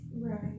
Right